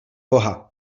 boha